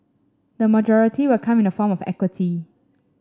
the majority will come in the form of equity